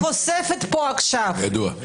ידוע.